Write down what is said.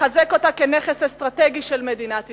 לחזק אותה כנכס אסטרטגי של מדינת ישראל.